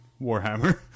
Warhammer